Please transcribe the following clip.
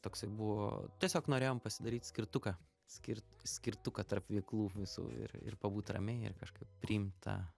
toksai buvo tiesiog norėjom pasidaryt skirtuką skirt skirtuką tarp veiklų visų ir ir pabūt ramiai ir kažkaip priimt tą